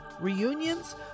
reunions